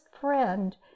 friend